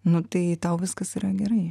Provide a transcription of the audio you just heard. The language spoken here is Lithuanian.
nu tai tau viskas yra gerai